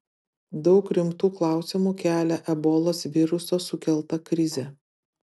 daug rimtų klausimų kelia ebolos viruso sukelta krizė